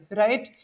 right